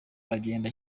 aragenda